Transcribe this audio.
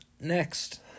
Next